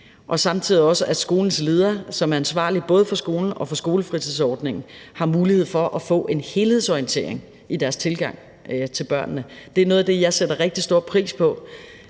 og samtidig også af, at skolens leder, der er ansvarlig både for skolen og for skolefritidsordningen, har mulighed for at få en helhedsorientering i forhold til deres tilgang til børnene. Det er noget af det, jeg sætter rigtig stor pris på,